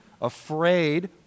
afraid